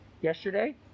Yesterday